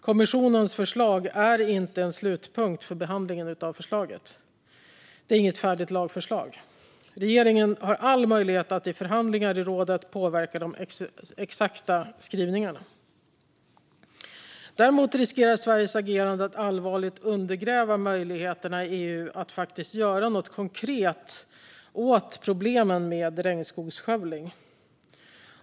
Kommissionens förslag är ingen slutpunkt för behandlingen av förslaget. Det är inget färdigt lagförslag. Regeringen har all möjlighet att i förhandlingar i rådet påverka de exakta skrivningarna. Däremot riskerar Sveriges agerande att allvarligt undergräva möjligheterna i EU att faktiskt göra något konkret åt problemen med regnskogsskövling.